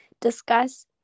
Discuss